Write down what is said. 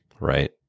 right